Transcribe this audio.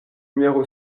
numéro